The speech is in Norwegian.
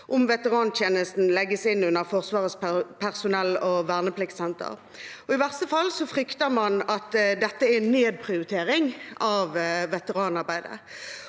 om veterantjenesten legges inn under Forsvarets personellog vernepliktssenter. I verste fall frykter man at dette er en nedprioritering av veteranarbeidet.